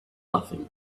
nothing